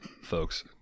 folks